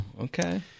Okay